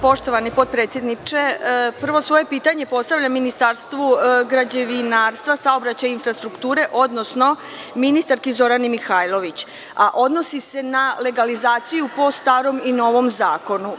Poštovani potpredsedniče, prvo svoje pitanje postavljam Ministarstvu građevinarstva, saobraćaja i infrastrukture, odnosno ministarki Zorani Mihajlović, a odnosi se na legalizaciju po starom i novom zakonu.